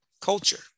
culture